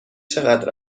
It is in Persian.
چقدر